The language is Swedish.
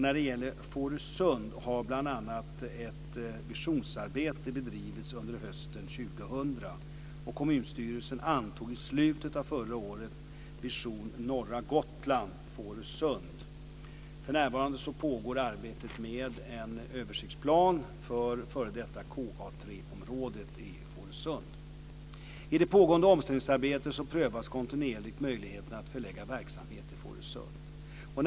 När det gäller Fårösund har bl.a. ett visionsarbete bedrivits under hösten 2000. Kommunstyrelsen antog i slutet av förra året Vision Norra Gotland - Fårösund. För närvarande pågår arbetet med en översiktsplan för f.d. KA 3-området i Fårösund. I det pågående omställningsarbetet prövas kontinuerligt möjligheterna att förlägga verksamhet till Fårösund.